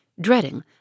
dreading